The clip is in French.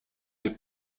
des